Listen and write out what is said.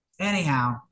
Anyhow